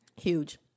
Huge